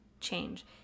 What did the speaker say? change